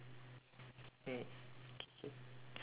!yay! K K